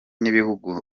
n’ibihugu